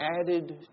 added